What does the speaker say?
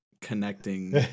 connecting